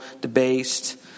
debased